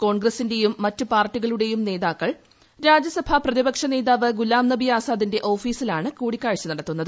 കോൺഗ്ഗ്സീൻ്റെയും മറ്റ് പാർട്ടികളുടെയും നേതാക്കൾ രാജ്യസഭ പ്രിതിപ്ക്ഷ നേതാവ് ഗുലാം നബി ആസാദിന്റെ ഓഫീസിലാണ് കൂടിക്കാഴ്ച നടത്തുന്നത്